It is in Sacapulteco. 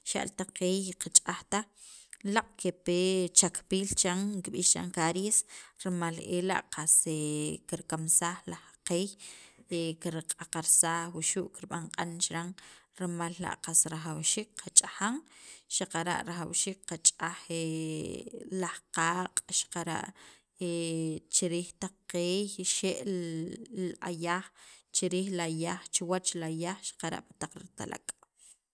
xa'l taq qeey qach'aj taj, laaq' kepe chakpiil chiran kib'ix chan caries, rimal ela' kirkamsaj laj qeey, karq'aqarsaj wuxu' kirb'an q'an chiran rimal la' qas rajawxiik qach'ajan xaqara' rajawxiik qach'aj laj qaaq' xaqara' chi riij taq qeey chixe' li ayaaj, chi riij li ayaaj, chuwach li ayaaj xaqara' pi taq ritalak'.